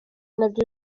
nabyo